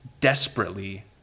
desperately